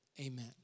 Amen